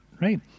Right